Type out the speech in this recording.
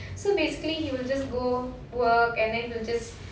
so basically he will just go work and then he will just